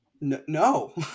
No